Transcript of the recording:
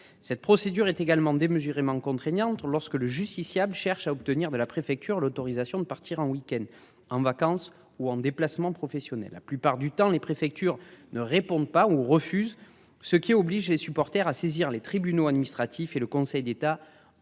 Cette procédure est également démesurément contraignante lorsque le justiciable cherche à obtenir de la préfecture l'autorisation de partir en week-end en vacances ou en déplacement professionnel, la plupart du temps les préfectures ne répondent pas ou refusent ce qui oblige les supporters à saisir les tribunaux administratifs et le Conseil d'État en référé